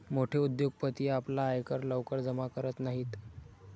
मोठे उद्योगपती आपला आयकर लवकर जमा करत नाहीत